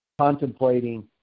contemplating